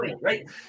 right